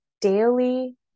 daily